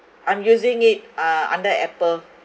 I'm using it uh under apple